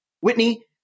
Whitney